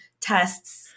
tests